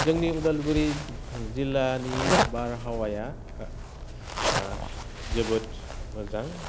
जोंनि उदालगुरि जिल्लानि बारहावाया जोबोद मोजां